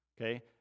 okay